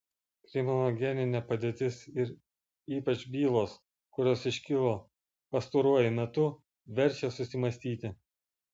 kriminogeninė padėtis ir ypač bylos kurios iškilo pastaruoju metu verčia susimąstyti